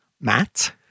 Matt